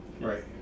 Right